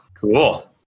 Cool